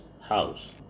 house